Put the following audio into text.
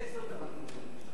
עשר דקות.